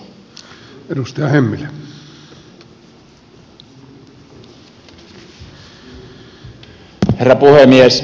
arvoisa herra puhemies